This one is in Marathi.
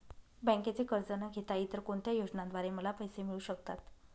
बँकेचे कर्ज न घेता इतर कोणत्या योजनांद्वारे मला पैसे मिळू शकतात?